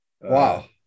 wow